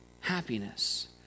happiness